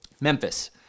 Memphis